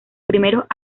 primeros